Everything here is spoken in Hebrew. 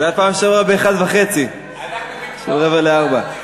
זה היה פעם שעברה באחת וחצי, לא ברבע לארבע.